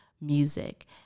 music